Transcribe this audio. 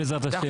בעזרת השם,